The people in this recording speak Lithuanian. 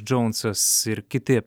džonsas ir kiti